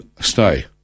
stay